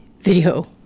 video